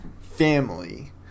family